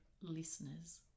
listeners